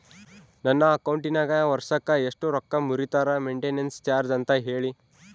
ನನ್ನ ಅಕೌಂಟಿನಾಗ ವರ್ಷಕ್ಕ ಎಷ್ಟು ರೊಕ್ಕ ಮುರಿತಾರ ಮೆಂಟೇನೆನ್ಸ್ ಚಾರ್ಜ್ ಅಂತ ಹೇಳಿ?